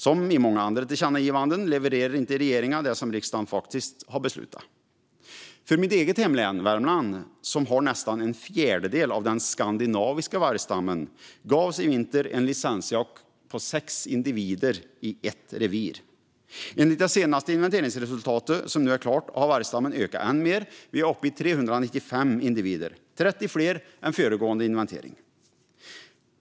Som vid många andra tillkännagivanden levererar regeringen inte det som riksdagen faktiskt har fattat beslut om. Mitt eget hemlän Värmland, som har nästan en fjärdedel av den skandinaviska vargstammen, gavs i vinter tillåtelse till en licensjakt på sex individer i ett revir. Enligt den senaste inventeringen, som nu är klar, har vargstammen ökat än mer. Vi är nu uppe i 395 individer. Det är 30 fler än vid föregående inventering.